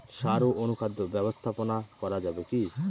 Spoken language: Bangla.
সাড় ও অনুখাদ্য ব্যবস্থাপনা করা যাবে কি?